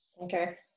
Okay